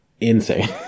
insane